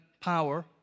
power